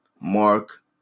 mark